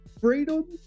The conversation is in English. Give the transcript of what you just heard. freedom